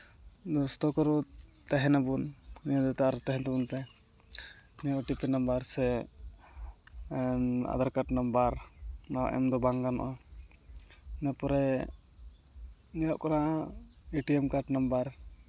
ᱛᱟᱦᱮᱱᱟᱵᱚᱱ ᱟᱨ ᱛᱟᱦᱮᱱ ᱛᱟᱵᱳᱱ ᱯᱮ ᱱᱤᱭᱟᱹ ᱳ ᱴᱤ ᱯᱤ ᱱᱟᱢᱵᱟᱨ ᱥᱮ ᱟᱫᱷᱟᱨ ᱠᱟᱨᱰ ᱱᱟᱢᱵᱟᱨ ᱱᱚᱣᱟ ᱮᱢ ᱫᱚ ᱵᱟᱝ ᱜᱟᱱᱚᱜᱼᱟ ᱤᱱᱟᱹ ᱯᱚᱨᱮ ᱧᱮᱞᱚᱜ ᱠᱟᱱᱟ A T M card number